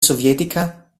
sovietica